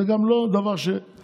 זה גם לא דבר שיחזיק.